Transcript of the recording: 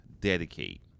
dedicate